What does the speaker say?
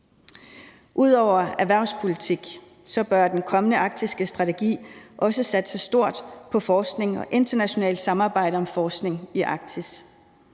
Ud over erhvervspolitik bør den kommende arktiske strategi også satse stort på forskning og internationalt samarbejde om forskning i Arktis.